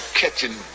catching